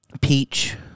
Peach